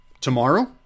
tomorrow